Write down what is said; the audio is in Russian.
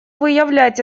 выявлять